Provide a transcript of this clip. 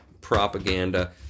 propaganda